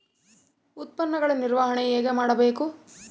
ಉತ್ಪನ್ನಗಳ ನಿರ್ವಹಣೆ ಹೇಗೆ ಮಾಡಬೇಕು?